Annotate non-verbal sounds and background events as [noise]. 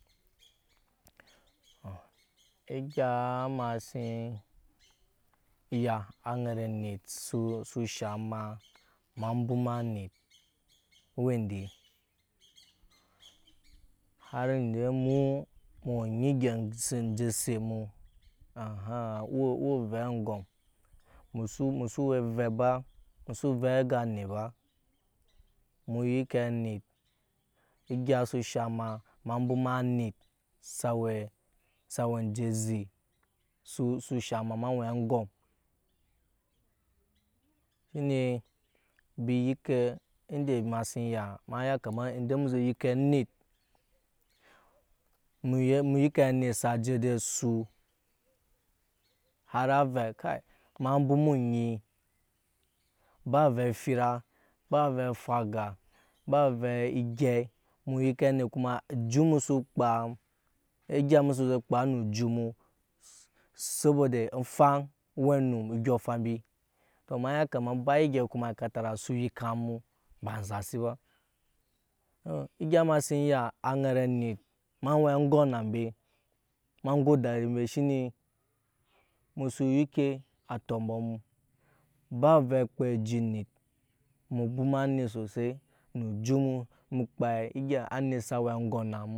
[noise] egya ema sin ya aŋet onit su shaŋ ema ema bwoma anit owe ende hari ende mu mu we enyi egyɛp egya enje ese eniu eeh owe ovɛ aŋgam musu we ovɛp ba musu vɛp aa anit ba mu yike anit egya si shaŋ am ema bwoma anit sa we jetu su shaŋ ma we aŋgɔm shine embi yike ende ema siya ema wma siya ema ya kama ende emu su yike anit mu yike anit sa je ede asu hari ave kai ema bwoma onyi ba ovɛ fira ba ovɛ efowa ovɛ egei mu yike anit kums ejut mu su kpaa egya mu mu sa je kpaa ne ejut mu sobo de a faŋ owe onum odyɔŋ faŋ mbi tɔ ama ya kama ba egei kuma ekatara su nyi kan mu ba enzasi ba tɔ egya ema si ya ayɛt amit ema we aŋgɔm na ambe ema ŋgo dadi mbe shine emu suu yike atɔm bɔ mu ba ovɛ okpɛ aji onit mu bwama ni sosai nu ejut mu mu kp egya sa we aŋgɔn na mu.